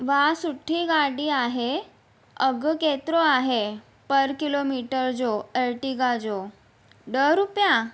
वा सुठी गाॾी आहे अघि केतिरो आहे पर किलोमीटर जो अर्टिगा जो ॾह रुपिया